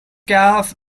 cap